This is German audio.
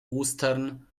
ostern